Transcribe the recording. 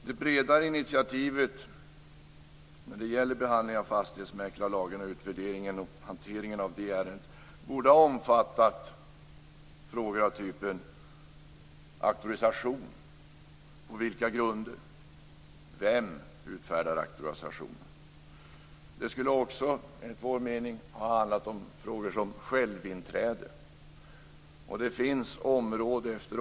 Det bredare initiativet när det gäller fastighetsmäklarlagen och utvärderingen och hanteringen av det ärendet borde ha omfattat frågor av typen: På vilka grunder utfärdas auktorisation? Vem utfärdar auktorisation? Det borde också ha handlat om sådana frågor som självinträde.